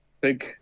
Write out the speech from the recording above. big